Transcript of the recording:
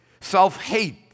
Self-hate